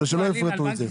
שלא יפרידו את זה.